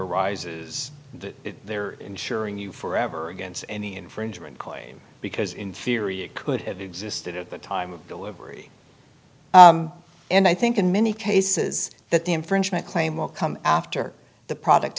arises they're insuring you forever against any infringement claim because in theory it could have existed at the time of delivery and i think in many cases that the infringement claim will come after the product